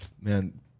man